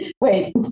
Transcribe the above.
Wait